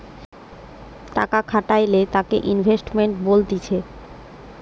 টাকা খাটাইলে তাকে ইনভেস্টমেন্ট বলতিছে